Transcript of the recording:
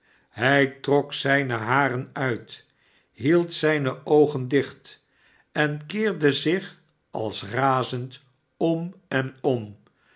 hij trok zijne haren uit hield zijne oogen dicht en keerde zich als razend om en om